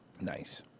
Nice